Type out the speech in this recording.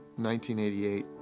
1988